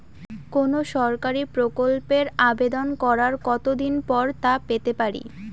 কোনো সরকারি প্রকল্পের আবেদন করার কত দিন পর তা পেতে পারি?